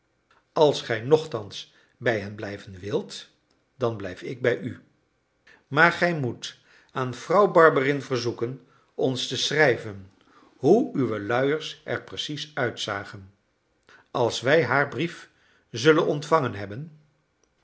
als gij nochtans bij hen blijven wilt dan blijf ik bij u maar gij moet aan vrouw barberin verzoeken ons te schrijven hoe uwe luiers er precies uitzagen als wij haar brief zullen ontvangen hebben